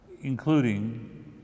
including